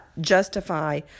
justify